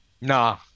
Nah